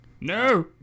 No